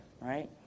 right